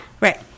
Right